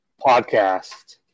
podcast